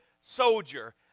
soldier